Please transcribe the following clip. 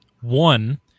One